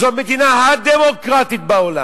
זו המדינה הדמוקרטית בעולם.